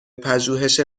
پژوهش